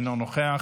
אינו נוכח,